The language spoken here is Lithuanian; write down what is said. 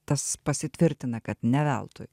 tas pasitvirtina kad ne veltui